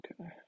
Okay